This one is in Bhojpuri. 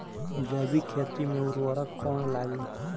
जैविक खेती मे उर्वरक कौन लागी?